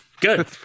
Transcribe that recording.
good